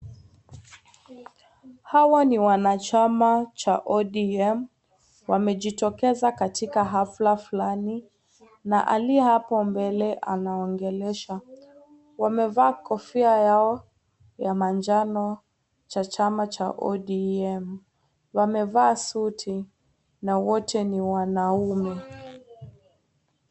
Hawa ni wanachama cha ODM.Wamejitokeza katika hafla fulani. Na aliye hapo mbele anawaongelesha. Wamevaa kofia yao ya manjano cha chama cha ODM.Wamevaa suti ,na wote ni wanaume.